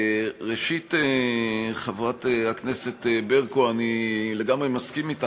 ראשית, חברת הכנסת ברקו, אני לגמרי מסכים אתך.